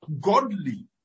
godly